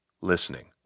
listening